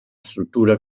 struttura